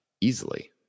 easily